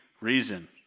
reason